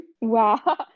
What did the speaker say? Wow